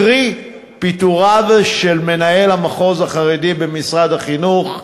קרי פיטוריו של מנהל המחוז החרדי במשרד החינוך,